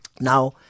Now